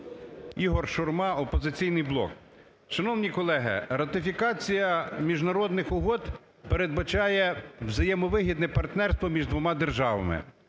Ігор Шурма, "Опозиційний блок". Шановні колеги, ратифікація міжнародних угод передбачає взаємовигідне партнерство між двома державами,